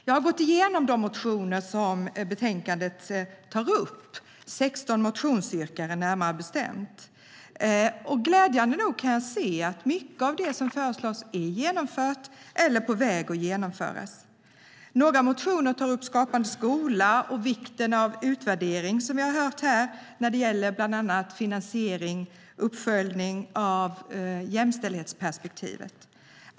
Jag har gått igenom de motioner som betänkandet tar upp. Det är närmare bestämt 16 motionsyrkanden. Glädjande nog kan jag se att mycket av det som föreslås är genomfört eller är på väg att genomföras. Några motioner tar upp Skapande skola och vikten av utvärdering som vi har hört om här när det gäller bland annat finansiering och uppföljning av jämställdhetsperspektivet.